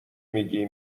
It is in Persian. میگی